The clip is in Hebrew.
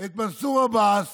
את מנסור עבאס